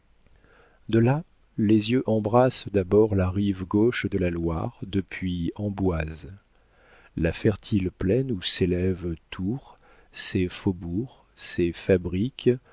de là les yeux embrassent d'abord la rive gauche de la loire depuis amboise la fertile plaine où s'élèvent tours ses faubourgs ses fabriques